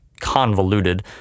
convoluted